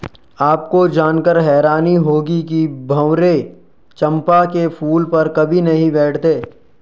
आपको जानकर हैरानी होगी कि भंवरे चंपा के फूल पर कभी नहीं बैठते